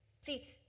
See